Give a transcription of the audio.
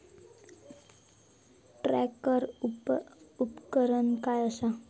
Tractor उपकरण काय असा?